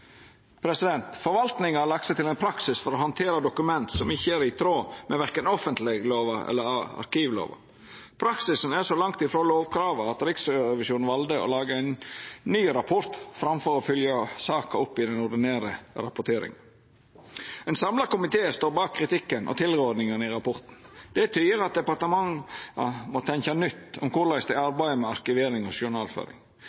Forvaltninga har lagt seg til ein praksis for å handtera dokument som ikkje er i tråd med verken offentleglova eller arkivlova. Praksisen er så langt ifrå lovkrava at Riksrevisjonen valde å laga ein ny rapport framfor å følgja opp saka i den ordinære rapporteringa. Ein samla komité står bak kritikken og tilrådingane i rapporten. Det tyder at departementa må tenkja nytt om korleis dei